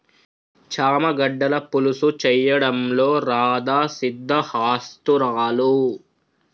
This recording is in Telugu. చామ గడ్డల పులుసు చేయడంలో రాధా సిద్దహస్తురాలు